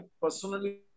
personally